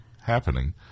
happening